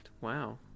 Wow